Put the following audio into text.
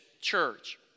church